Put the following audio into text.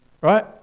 right